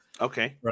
Okay